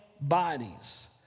bodies